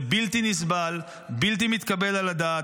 זה בלתי נסבל, בלתי מתקבל על הדעת.